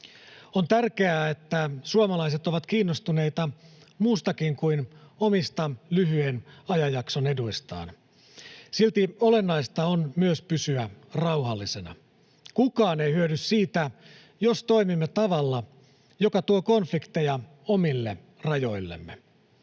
On tärkeää, että suomalaiset ovat kiinnostuneita muustakin kuin omista lyhyen ajanjakson eduistaan. Silti olennaista on myös pysyä rauhallisena. Kukaan ei hyödy siitä, jos toimimme tavalla, joka tuo konflikteja omille rajoillemme.